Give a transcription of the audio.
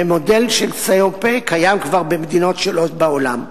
ומודל של say on pay קיים כבר במדינות שונות בעולם.